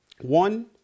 one